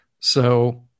So-